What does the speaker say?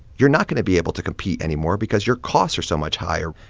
you're not going to be able to compete anymore because your costs are so much higher.